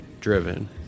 driven